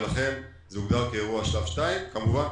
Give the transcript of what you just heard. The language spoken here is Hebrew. ולכן זה הוגדר כאירוע שלב 2. כמובן,